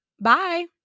Bye